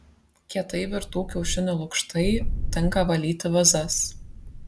kietai virtų kiaušinių lukštai tinka valyti vazas